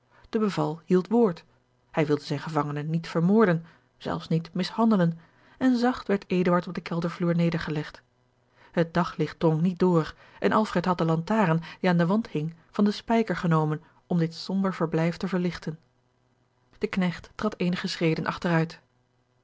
hield woord hij wilde zijn gevangene niet vermoorden zelfs niet mishandelen en zacht werd eduard op den keldervloer nedergelegd het daglicht drong niet door en alfred had de lantaarn die aan den wand hing van den spijker genomen om dit somber verblijf te verlichten de knecht trad eenige schreden achteruit